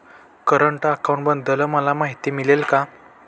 Current अकाउंटबद्दल मला माहिती मिळेल का?